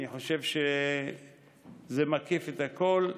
אני חושב שזה מקיף את הכול.